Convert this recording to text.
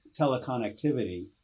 teleconnectivity